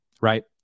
right